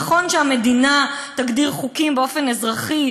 נכון שהמדינה תגדיר חוקים באופן אזרחי,